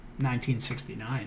1969